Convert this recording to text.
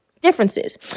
Differences